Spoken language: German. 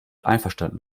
einverstanden